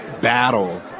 battle